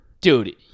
Dude